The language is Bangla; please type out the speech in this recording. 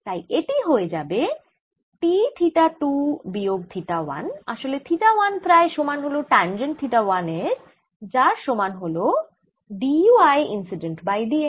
তাই এটি হয়ে যাবে T থিটা 2 বিয়োগ থিটা 1 আসলে থিটা 1 প্রায় সমান হল ট্যাঞ্জেন্ট থিটা 1 এর যার সমান হল d y incident by d x